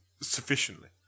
sufficiently